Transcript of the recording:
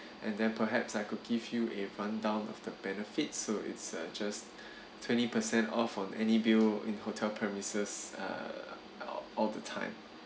and then perhaps I could give you a rundown of the benefits so it's uh just twenty percent off on any bill in hotel premises uh all all the time